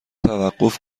توقف